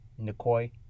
Nikoi